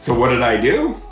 so what did i do?